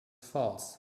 false